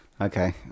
okay